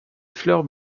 fleurs